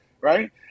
right